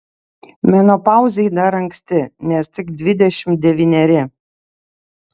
menopauzei dar anksti nes tik dvidešimt devyneri